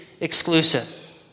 exclusive